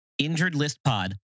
INJUREDLISTPOD